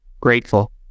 Grateful